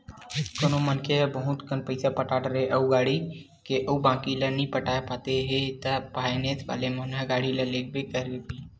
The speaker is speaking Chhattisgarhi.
कोनो मनखे ह बहुत कन पइसा पटा डरे हवे गाड़ी के अउ बाकी ल नइ पटा पाते हे ता फायनेंस वाले मन ह गाड़ी ल लेगबे करही